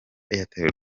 airtel